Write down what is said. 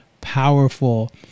powerful